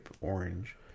orange